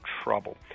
trouble